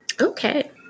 Okay